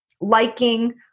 liking